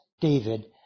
David